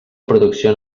producció